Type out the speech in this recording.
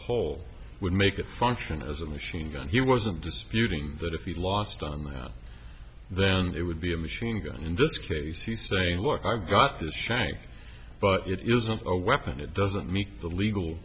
hole would make it function as a machine gun he wasn't disputing that if you lost on that then it would be a machine gun in this case you saying look i've got this shank but it isn't a weapon it doesn't meet the legal